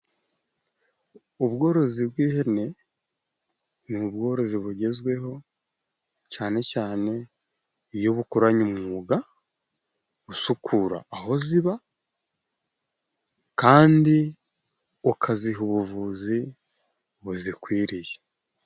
Ubworozi bw'ihene, ni ubworozi bugezweho cane cane iyo bukoranye umwuga, usukura aho ziba kandi ukaziha ubuvuzi buzikwiriye.